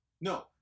No